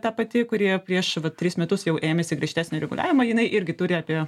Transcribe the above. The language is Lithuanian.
ta pati kurioje prieš tris metus jau ėmėsi griežtesnio reguliavimo jinai irgi turi apie